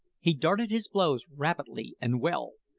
he darted his blows rapidly and well,